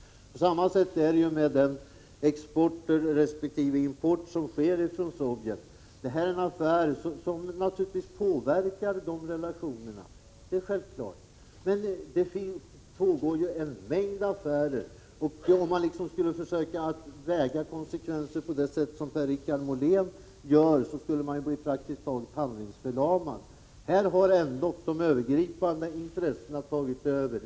Samma sak gäller exporten till resp. importen från Sovjet. Denna affär påverkar naturligtvis de relationerna. Men det sker ju en mängd affärer. Om man skulle försöka väga olika konsekvenser mot varandra på det sätt som Per-Richard Molén gör, skulle man bli praktiskt taget handlingsförlamad. Här har ändå de övergripande intressena tagit över.